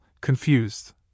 confused